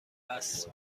است